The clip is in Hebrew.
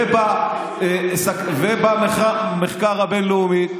בניסיון, ובמחקר הבין-לאומי.